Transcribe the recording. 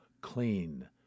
clean